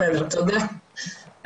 תודה,